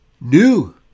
new